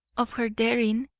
of her daring,